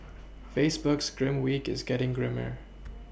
Facebook's grim week is getting grimmer